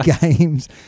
games